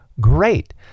great